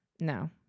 No